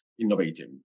innovative